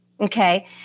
Okay